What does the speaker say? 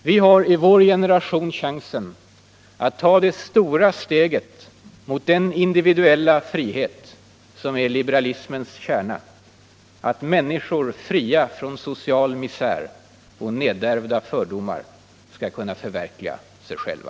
Vi har i vår generation chansen att ta det stora steget mot den individuella frihet som är liberalismens kärna: att människor fria från social misär och nedärvda fördomar skall kunna förverkliga sig själva.